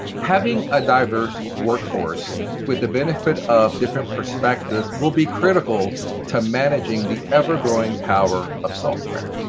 having a diverse workforce with the benefit of different perspectives will be critical to managing the ever-growing power of software.